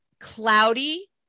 cloudy